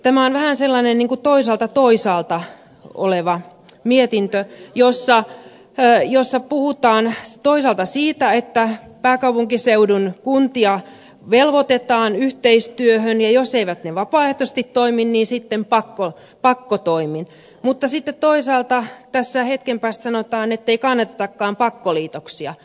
tämä on vähän sellainen toisaaltatoisaalta mietintö jossa puhutaan toisaalta siitä että pääkaupunkiseudun kuntia velvoitetaan yhteistyöhön ja jos ne eivät vapaaehtoisesti toimi niin sitten pakkotoimin mutta toisaalta tässä hetken päästä sanotaan ettei kannatetakaan pakkoliitoksia